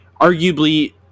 arguably